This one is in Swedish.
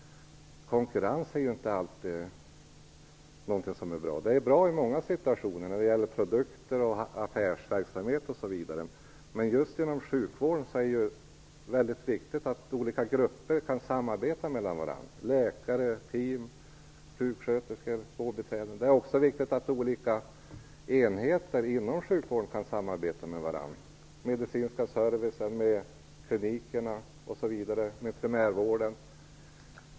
Konkurrens är inte alltid bra. Det är bra med konkurrens när det gäller produkter och affärsverksamhet, men just inom sjukvården är det väldigt viktigt att olika grupper - läkare, team, sjuksköterskor, vårdbiträden - kan samarbeta med varandra. Det är också viktigt att olika enheter inom sjukvården kan samarbeta. Det gäller t.ex. den medicinska servicen, primärvården.